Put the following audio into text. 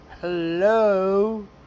Hello